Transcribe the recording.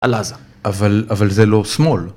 על עזה אבל זה לא שמאל